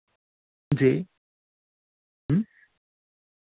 जी